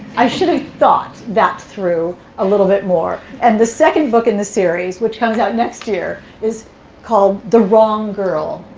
i should have ah thought that through a little bit more. and the second book in the series, which comes out next year, is called the wrong girl.